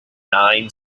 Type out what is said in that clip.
nine